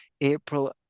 April